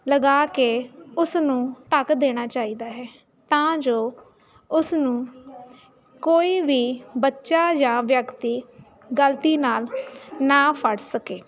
ਲਗਾ ਕੇ ਉਸ ਨੂੰ ਢਕ ਦੇਣਾ ਚਾਹੀਦਾ ਹੈ ਤਾਂ ਜੋ ਉਸ ਨੂੰ ਕੋਈ ਵੀ ਬੱਚਾ ਜਾਂ ਵਿਅਕਤੀ ਗਲਤੀ ਨਾਲ ਨਾ ਫੜ ਸਕੇ